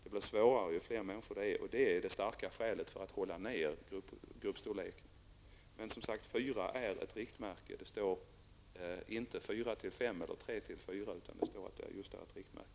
Det blir svårare ju fler människor det är, och det är det starka skälet för att hålla nere gruppstorleken. Men, som sagt, fyra är ett riktmärke. Det står inte fyra fem eller tre fyra, utan det står just att fyra är ett riktmärke.